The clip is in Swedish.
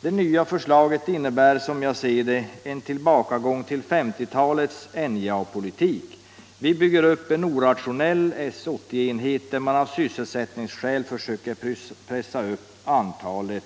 Det nya förslaget innebär, som jag ser det, en tillbakagång till 50-talets NJA-politik. Vi bygger upp en orationell S 80-enhet där man av sysselsättningsskäl försöker pressa upp antalet